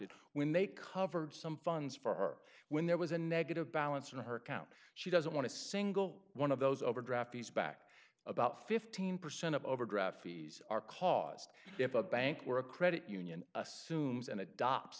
it when they covered some funds for her when there was a negative balance in her account she doesn't want to single one of those overdraft fees back about fifteen percent of overdraft fees are caused if a bank or a credit union assumes and adopt